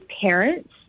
parents